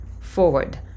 forward